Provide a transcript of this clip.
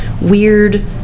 weird